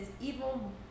evil